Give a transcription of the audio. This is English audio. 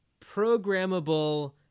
programmable